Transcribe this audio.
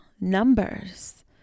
numbers